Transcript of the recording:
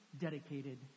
dedicated